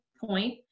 point